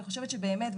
אני חושבת שבאמת,